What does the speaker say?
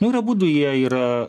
nu ir abudu jie yra